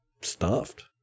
stuffed